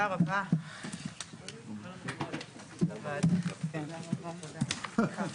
הישיבה ננעלה בשעה